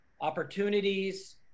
opportunities